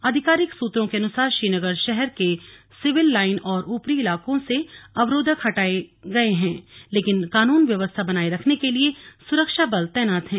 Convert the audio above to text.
आधिकारिक सूत्रों के अनुसार श्रीनगर शहर के सिविल लाईन और ऊपरी इलाकों से अवरोधक हटा दिये गये हैं लेकिन कानून व्यवस्था बनाये रखने के लिए सुरक्षा बल तैनात हैं